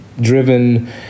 driven